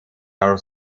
are